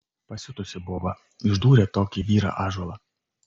pasiutusi boba išdūrė tokį vyrą ąžuolą